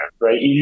right